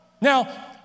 Now